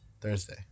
Thursday